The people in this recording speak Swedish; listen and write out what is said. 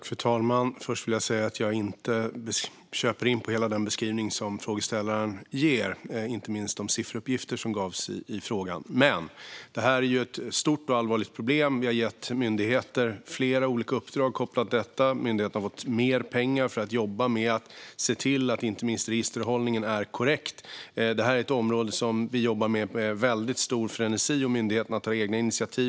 Fru talman! Först vill jag säga att jag inte instämmer helt i frågeställarens beskrivning. Det gäller inte minst de sifferuppgifter som gavs. Men det här är ett stort och allvarligt problem. Vi har gett myndigheter flera olika uppdrag kopplat till detta. Myndigheterna har fått mer pengar för att jobba med att se till att inte minst registerhållningen är korrekt. Det här är ett område där vi jobbar med väldigt stor frenesi. Myndigheterna tar egna initiativ.